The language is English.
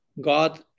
God